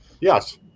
Yes